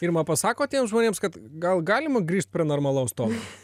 irma pasakot tiems žmonėms kad gal galima grįžt prie normalaus tono